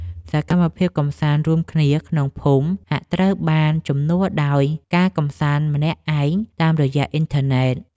សកម្មភាពកម្សាន្តរួមគ្នាក្នុងភូមិហាក់ត្រូវបានជំនួសដោយការកម្សាន្តម្នាក់ឯងតាមរយៈអ៊ិនធឺណិត។